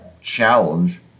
challenge